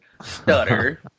stutter